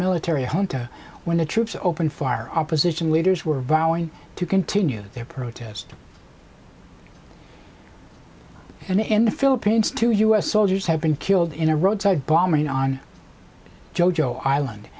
military hunta when the troops opened fire opposition leaders were vowing to continue their protest and in the philippines two u s soldiers have been killed in a roadside bombing on jo jo island